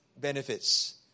benefits